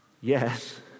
yes